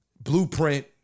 Blueprint